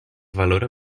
valora